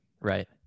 Right